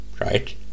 right